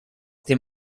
dem